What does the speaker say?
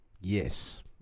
Yes